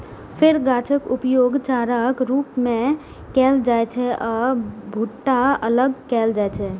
फेर गाछक उपयोग चाराक रूप मे कैल जाइ छै आ भुट्टा अलग कैल जाइ छै